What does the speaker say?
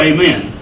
Amen